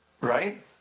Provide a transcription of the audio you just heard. Right